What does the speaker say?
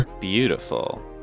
Beautiful